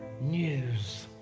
news